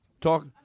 Talk